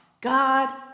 God